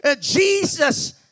Jesus